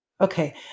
Okay